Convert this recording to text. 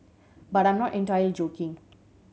but I am not entirely joking